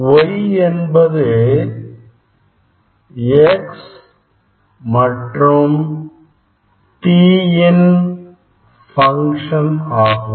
Y என்பது X மற்றும் t யின் பங்க்ஷன் ஆகும்